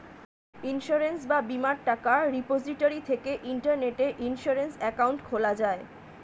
insurance বা বীমার টাকা রিপোজিটরি থেকে ইন্টারনেটে ইন্সুরেন্স অ্যাকাউন্ট খোলা যায়